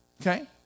okay